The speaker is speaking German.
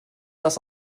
das